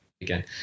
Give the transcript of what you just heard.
Again